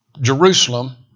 Jerusalem